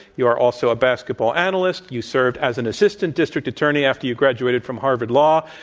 you are also a basketball analyst. you served as an assistant district attorney after you graduated from harvard law.